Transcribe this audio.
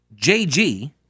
JG